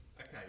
Okay